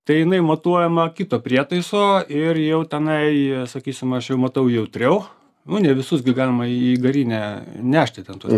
tai jinai matuojama kito prietaiso ir jau tenai sakysim aš jau matau jautriau nu ne visus gi galima į garinę nešti ten tuos